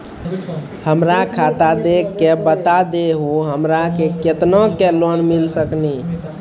हमरा खाता देख के बता देहु हमरा के केतना के लोन मिल सकनी?